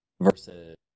versus